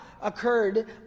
occurred